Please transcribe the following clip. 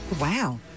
Wow